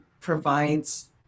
provides